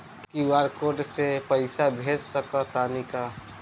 QR code से पईसा भेज सक तानी का?